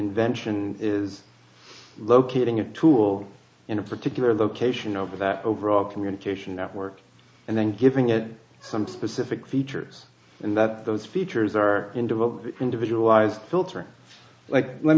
invention is locating a tool in a particular location over that overall communication network and then giving it some specific features and that those features are into individual ais filtering like let